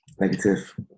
Negative